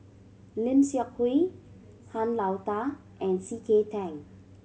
Lim Seok Hui Han Lao Da and C K Tang